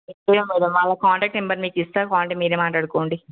లేదు మ్యాడం వాళ్ళ contact number మీకు ఇస్తా కావాలంటే మీరే మాట్లాడుకోండి